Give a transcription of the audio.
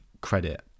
credit